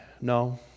no